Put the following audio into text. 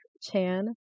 Chan